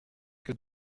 que